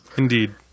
Indeed